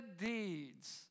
deeds